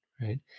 right